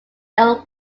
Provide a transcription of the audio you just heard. earl